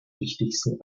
wichtigsten